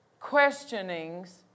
questionings